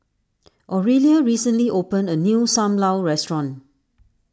Aurelia recently opened a new Sam Lau restaurant